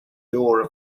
door